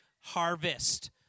harvest